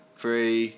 Three